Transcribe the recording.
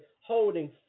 holding